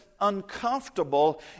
uncomfortable